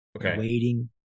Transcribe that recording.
waiting